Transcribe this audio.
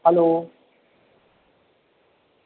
hello